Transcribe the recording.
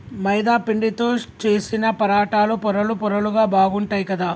మైదా పిండితో చేశిన పరాటాలు పొరలు పొరలుగా బాగుంటాయ్ కదా